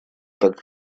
так